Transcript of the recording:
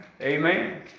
Amen